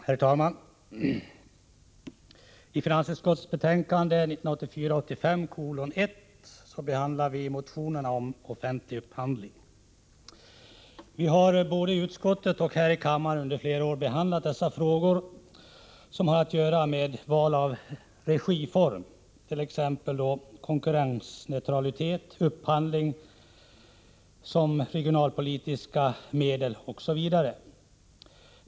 Herr talman! I finansutskottets betänkande 1984/85:1 behandlar vi motionerna om offentlig upphandling. Vi har både i utskottet och här i kammaren under flera år behandlat dessa frågor, som har att göra med val av regiform — konkurrensneutralitet, upphandling som regionalpolitiskt medel osv.